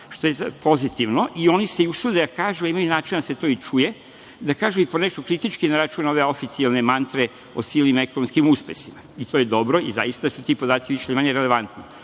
što je pozitivno i oni se i usude da kažu, a imaju načina da se to i čuje, da kažu i po nešto kritički na račun ove oficijalne mantre o sili na ekonomskim uspesima. To je dobro, i zaista su ti podaci više-manje relevantni. Ono